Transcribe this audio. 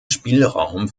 spielraum